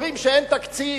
אומרים שאין תקציב.